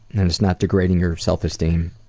and it's not degrading your self-esteem,